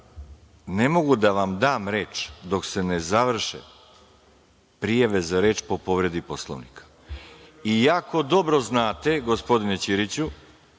ne mogu da vam dam reč, dok se ne završe prijave za reč po povredi Poslovnika. I jako dobro znate, gospodine Ćiriću,